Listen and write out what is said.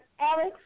Alex